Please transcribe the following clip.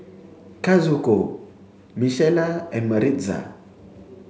Kazuko Michaela and Maritza